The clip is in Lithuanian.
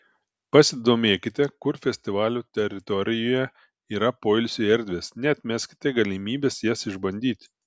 pasidomėkite kur festivalio teritorijoje yra poilsiui erdvės neatmeskite galimybės jas išbandyti